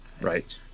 Right